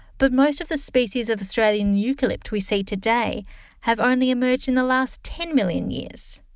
but most of the species of australian eucalypt we see today have only emerged in the last ten million years.